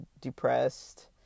depressed